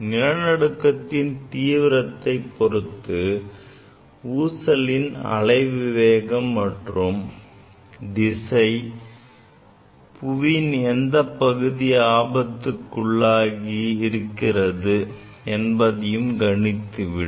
நிலநடுக்கத்தின் தீவிரத்தைப் பொருத்து ஊசலின் அலைவு வேகம் மற்றும் திசை புவியின் எந்தப் பகுதி ஆபத்துக்கு உள்ளாகி இருக்கிறது என்பதை கணித்துவிடும்